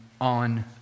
on